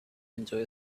enjoy